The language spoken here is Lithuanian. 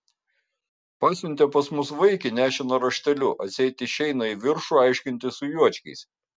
pasiuntė pas mus vaikį nešiną rašteliu atseit išeina į viršų aiškintis su juočkiais